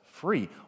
free